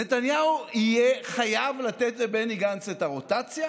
נתניהו יהיה חייב לתת לבני גנץ את הרוטציה